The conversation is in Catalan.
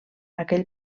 aquell